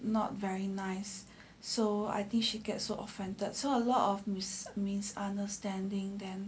not very nice so I think she gets so offended so a lot of misunderstanding then